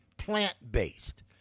plant-based